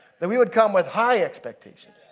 that we would come with high expectation.